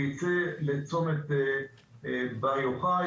וייצא לצומת בר-יוחאי,